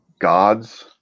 gods